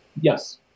Yes